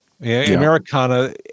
Americana